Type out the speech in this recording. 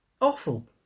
awful